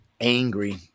angry